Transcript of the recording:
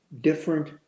different